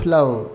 Love